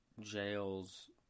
jails